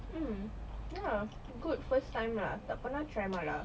mm ya good first time lah tak pernah try mala